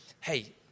hey